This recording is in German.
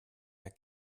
der